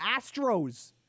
Astros